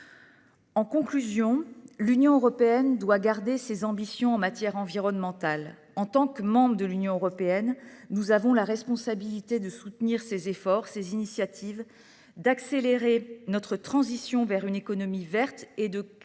En conclusion, l’Union européenne doit garder ses ambitions environnementales. En tant que membre de l’Union européenne, nous avons la responsabilité de soutenir ses efforts et ses initiatives, d’accélérer notre transition vers une économie verte et de